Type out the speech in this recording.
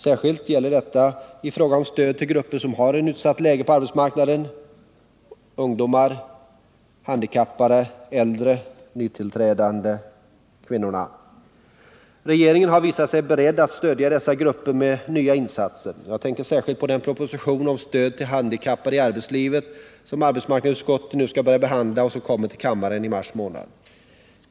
Särskilt gäller detta i fråga om stöd till grupper som har ett utsatt läge på arbetsmarknaden: ungdomar, handikappade, äldre, nytillträdande kvinnor. Regeringen har visat sig beredd att stödja dessa grupper med nya insatser. Jag tänker här särskilt på den proposition om stöd till handikappade i arbetslivet som arbetsmarknadsutskottet nu skall börja behandla och som kommer till kammaren i mars månad.